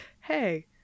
hey